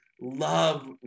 love